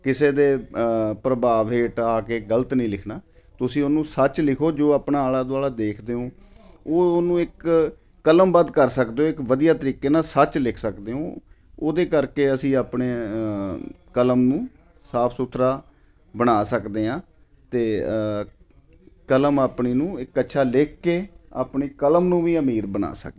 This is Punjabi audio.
ਕਿਸੇ ਦੇ ਪ੍ਰਭਾਵ ਹੇਠ ਆ ਕੇ ਗਲਤ ਨਹੀਂ ਲਿਖਣਾ ਤੁਸੀਂ ਉਹਨੂੰ ਸੱਚ ਲਿਖੋ ਜੋ ਆਪਣਾ ਆਲਾ ਦੁਆਲਾ ਦੇਖਦੇ ਹੋ ਉਹ ਉਹਨੂੰ ਇੱਕ ਕਲਮਬੱਧ ਕਰ ਸਕਦੇ ਹੋ ਇੱਕ ਵਧੀਆ ਤਰੀਕੇ ਨਾਲ ਸੱਚ ਲਿਖ ਸਕਦੇ ਹੋ ਉਹਦੇ ਕਰਕੇ ਅਸੀਂ ਆਪਣੇ ਕਲਮ ਨੂੰ ਸਾਫ ਸੁਥਰਾ ਬਣਾ ਸਕਦੇ ਹਾਂ ਅਤੇ ਕਲਮ ਆਪਣੀ ਨੂੰ ਇੱਕ ਅੱਛਾ ਲਿਖ ਕੇ ਆਪਣੀ ਕਲਮ ਨੂੰ ਵੀ ਅਮੀਰ ਬਣਾ ਸਕਦੇ ਹਾਂ